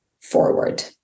forward